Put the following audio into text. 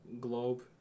globe